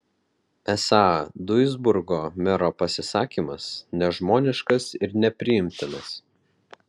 esą duisburgo mero pasisakymas nežmoniškas ir nepriimtinas